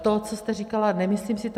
To, co jste říkala, nemyslím si to.